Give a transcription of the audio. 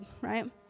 right